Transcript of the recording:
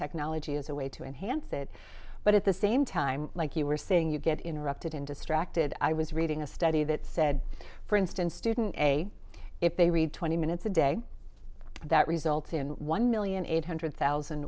technology as a way to enhance that but at the same time like you were saying you get interrupted in distracted i was reading a study that said for instance student a if they read twenty minutes a day that result in one million eight hundred thousand